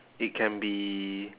it can be